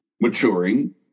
maturing